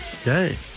Okay